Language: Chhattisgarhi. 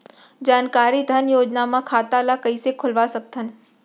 जानकारी धन योजना म खाता ल कइसे खोलवा सकथन?